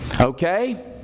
okay